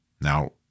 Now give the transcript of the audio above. Now